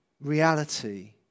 reality